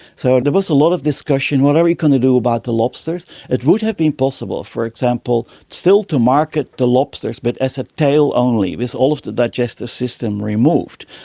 so there was a lot of discussion, what are we going to do about the lobsters? it would have been possible, for example, still to market the lobsters but as a tail only with all of the digestive system removed.